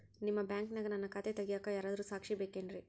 ನಿಮ್ಮ ಬ್ಯಾಂಕಿನ್ಯಾಗ ನನ್ನ ಖಾತೆ ತೆಗೆಯಾಕ್ ಯಾರಾದ್ರೂ ಸಾಕ್ಷಿ ಬೇಕೇನ್ರಿ?